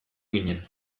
ginen